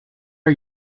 are